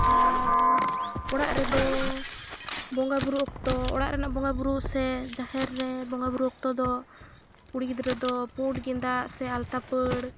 ᱟᱨ ᱚᱲᱟᱜ ᱨᱮᱫᱚ ᱵᱚᱸᱜᱟᱼᱵᱩᱨᱩ ᱚᱠᱛᱚ ᱚᱲᱟᱜ ᱨᱮᱱᱟᱜ ᱵᱚᱸᱜᱟᱼᱵᱩᱨᱩ ᱥᱮ ᱡᱟᱦᱮᱨ ᱨᱮ ᱵᱚᱸᱜᱟᱼᱵᱩᱨᱩ ᱚᱠᱛᱚ ᱫᱚ ᱠᱩᱲᱤ ᱜᱤᱫᱽᱨᱟᱹ ᱫᱚ ᱯᱩᱸᱰ ᱜᱮᱸᱫᱟᱜ ᱥᱮ ᱟᱞᱛᱟ ᱯᱟᱹᱲ